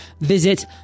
Visit